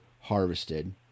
harvested